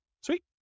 Sweet